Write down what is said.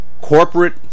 corporate